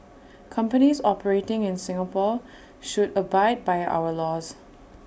companies operating in Singapore should abide by our laws